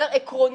עקרונית,